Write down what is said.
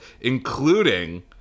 including